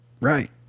Right